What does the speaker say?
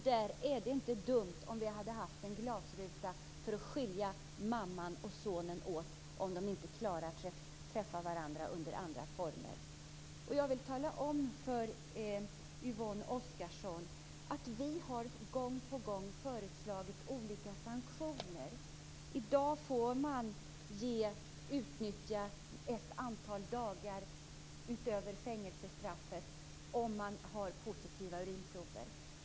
Det vore inte dumt om det fanns en glasruta för att skilja mamman och sonen åt, om de inte klarar att träffa varandra under andra former. Jag vill tala om för Yvonne Oscarsson att vi gång på gång har föreslagit olika sanktioner. I dag får man utnyttja ett antal dagar utöver fängelsestraffet om man har positiva urinprover.